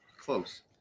Close